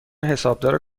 حسابدار